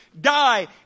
die